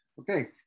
Okay